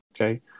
okay